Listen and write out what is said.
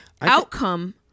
outcome